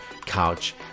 couch